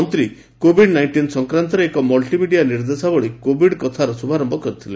ମନ୍ତ୍ରୀ COVID nineteen ସଂକ୍ରାନ୍ତରେ ଏକ ମଲ୍ଟିମିଡିଆ ନିର୍ଦ୍ଦେଶାବଳୀ 'କୋଭିଡ଼୍ କଥା'ର ଶୁଭାରମ୍ଭ କରିଥିଲେ